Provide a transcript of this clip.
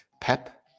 Pep